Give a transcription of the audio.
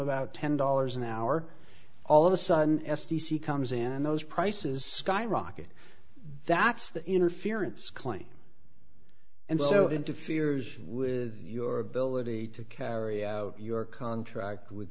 about ten dollars an hour all of a sudden s t c comes in and those prices skyrocket that's the interference claim and so interferes with your ability to carry out your contract with